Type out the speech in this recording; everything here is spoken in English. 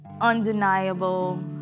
undeniable